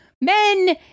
Men